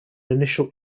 initial